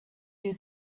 you